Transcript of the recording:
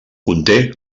conté